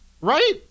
right